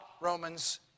Romans